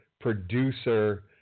producer